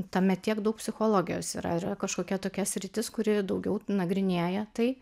tame tiek daug psichologijos yra yra kažkokia tokia sritis kuri daugiau nagrinėja tai